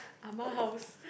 ah ma house